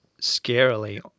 scarily